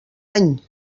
any